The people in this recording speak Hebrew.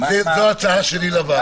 זו הצעתי לוועדה.